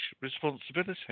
responsibility